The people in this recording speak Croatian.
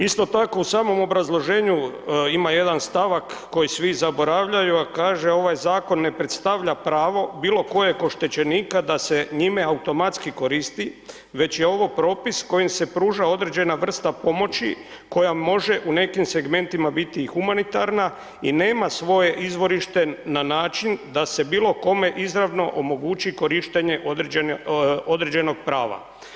Isto tako u samom obrazloženju ima jedan stavak koji svi zaboravljaju, a kaže ovaj zakon ne predstavlja bilo kojeg oštećenika da se njime automatski koristi već je ovo propis kojim se pruža određena vrsta pomoći koja može u nekim segmentima biti i humanitarna i nema svoje izvorište na način da se bilo kome izravno omogući korištenje određenog prava.